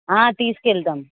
తీసుకెళ్తాం